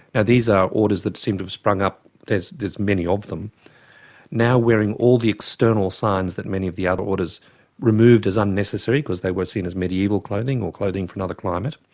ah these are orders that seem to have sprung up there's there's many of them now wearing all the external signs that many of the other orders removed as unnecessary because they were seen as medieval clothing, or clothing for another climate.